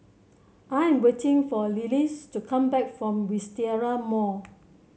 I am waiting for Lillis to come back from Wisteria Mall